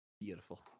beautiful